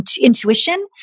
intuition